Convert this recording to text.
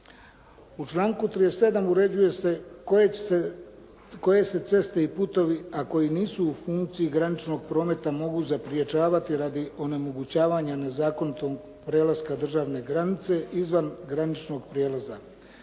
U članku 37. uređuje se koje se ceste i putovi, a koji nisu u funkciji graničnog prometa mogu zaprječivati radi onemogućavanja nezakonitog prelaska državne granice izvan graničnog prijelaza.